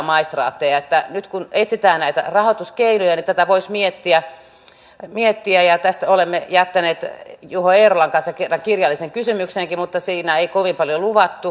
nyt kun etsitään näitä rahoituskeinoja niin tätä voisi miettiä ja tästä olemme jättäneet juho eerolan kanssa kirjallisen kysymyksenkin mutta siinä ei kovin paljon luvattu